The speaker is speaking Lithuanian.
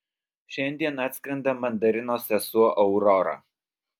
šiandien atskrenda mandarino sesuo aurora